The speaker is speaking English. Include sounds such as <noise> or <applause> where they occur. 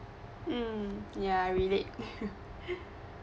mm ya I relate <laughs>